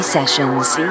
Sessions